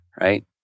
right